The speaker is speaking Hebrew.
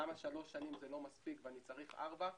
למה שלוש שנים זה לא מספיק ואני צריך ארבע.